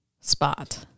spot